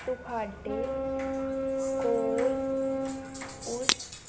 ਤੁਹਾਡੇ ਕੋਲ ਉਸ